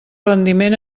rendiment